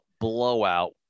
blowout